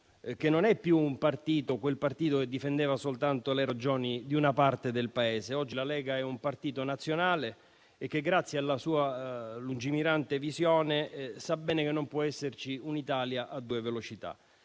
che non è più quel partito che difendeva soltanto le ragioni di una parte del Paese; oggi la Lega è un partito nazionale che, grazie alla sua lungimirante visione, sa bene che non può esserci un'Italia a due velocità.